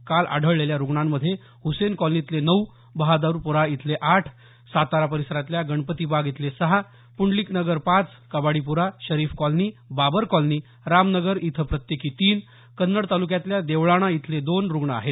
काल आढळलेल्या रुग्णांमध्ये हुसेन कॉलनीतले नऊ बहाद्रपुरा इथले आठ सातारा परिसरातल्या गणपती बाग इथले सहा पुंडलिकनगर पाच कबाडीपुरा शरीफ कॉलनी बाबर कॉलनी राम नगर इथं प्रत्येकी तीन कन्नड तालुक्यातल्या देवळाणा इथले दोन रुग्ण आहेत